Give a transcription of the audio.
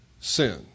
sin